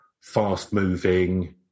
fast-moving